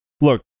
Look